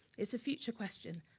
it's a future question?